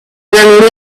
then